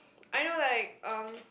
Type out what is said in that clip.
I know like um